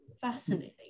fascinating